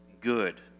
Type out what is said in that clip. good